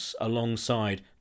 alongside